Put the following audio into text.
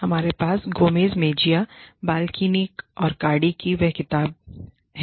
हमारे पास Gomez Mejia Balkin और कार्डी की वही किताब है